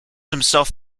himself